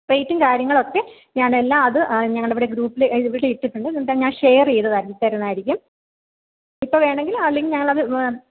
റേറ്റും കാര്യങ്ങളൊക്കെ ഞാൻ എല്ലാം അത് ഞങ്ങൾ ഇവിടെ ഗ്രൂപ്പില് ഇവിടെ ഇട്ടിട്ടുണ്ട് എന്നിട്ട് ഞാൻ ഷെയർ ചെയ്ത് തരുന്നതായിരിക്കും ഇപ്പോൾ വേണമെങ്കിൽ അല്ലെങ്കിൽ ഞങ്ങൾ അത്